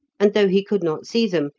and though he could not see them,